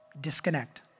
Disconnect